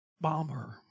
bomber